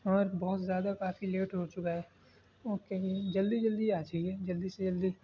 اور بہت زیادہ کافی لیٹ ہو چکا ہے اوکے جی جلدی جلدی آ جائیے جلدی سے جلدی